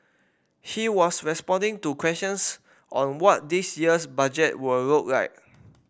he was responding to questions on what this year's budget would look like